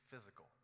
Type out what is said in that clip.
physical